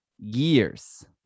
years